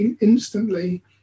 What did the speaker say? instantly